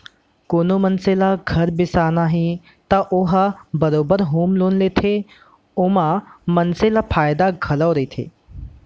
कोनो मनसे ल घर बिसाना हे त ओ ह बरोबर होम लोन लेथे ओमा मनसे ल फायदा घलौ रहिथे